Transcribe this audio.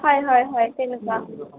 হয় হয় হয় তেনেকুৱা